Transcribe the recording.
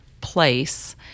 place